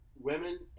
women